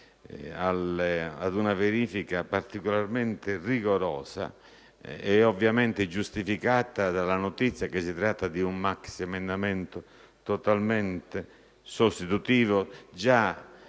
di una verifica particolarmente rigorosa è ovviamente giustificato dalla notizia che si tratta di un maxiemendamento totalmente sostitutivo. Già